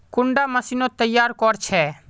कुंडा मशीनोत तैयार कोर छै?